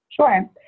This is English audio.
Sure